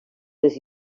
les